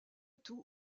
tout